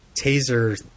taser